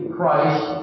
Christ